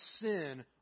sin